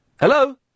Hello